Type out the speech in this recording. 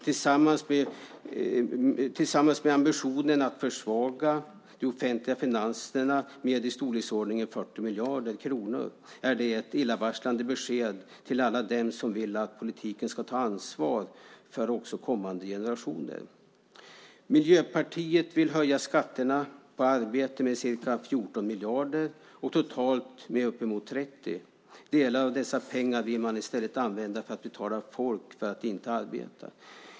Tillsammans med ambitionen att försvaga de offentliga finanserna med i storleksordningen 40 miljarder kronor är det ett illavarslande besked till alla dem som vill att politiken ska ta ansvar också för kommande generationer. Miljöpartiet vill höja skatterna på arbete med ca 14 miljarder och totalt med uppemot 30 miljarder. En del av dessa pengar vill man i stället använda till att betala människor för att inte arbeta.